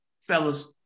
Fellas